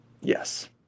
Yes